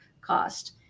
cost